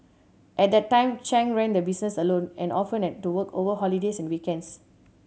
at that time Chung ran the business alone and often had to work over holidays and weekends